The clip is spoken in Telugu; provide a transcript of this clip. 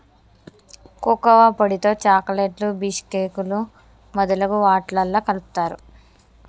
కోకోవా పొడితో చాకోలెట్లు బీషుకేకులు మొదలగు వాట్లల్లా కలుపుతారు